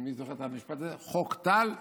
אני זוכר את המשפט הזה: חוק טל מת.